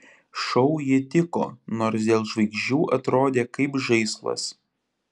šou ji tiko nors dėl žvaigždžių atrodė kaip žaislas